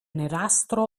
nerastro